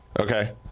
Okay